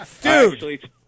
Dude